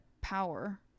power